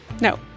No